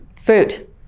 Food